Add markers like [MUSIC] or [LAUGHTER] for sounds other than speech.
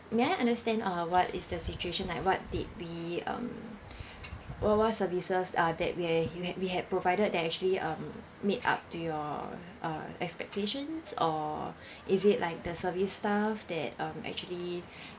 may I understand uh what is the situation like what did we um what what services are that we ha~ we had we had provided that actually um made up to your uh expectations or is it like the service staff that um actually [BREATH]